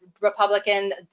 Republican